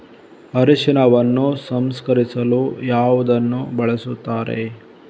ಅರಿಶಿನವನ್ನು ಸಂಸ್ಕರಿಸಲು ಯಾವುದನ್ನು ಬಳಸುತ್ತಾರೆ?